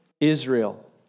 Israel